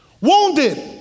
wounded